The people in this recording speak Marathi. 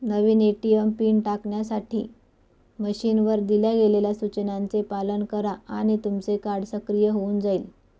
नवीन ए.टी.एम पिन टाकण्यासाठी मशीनवर दिल्या गेलेल्या सूचनांचे पालन करा आणि तुमचं कार्ड सक्रिय होऊन जाईल